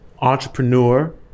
entrepreneur